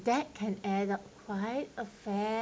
that can add up quite a fair